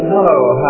Hello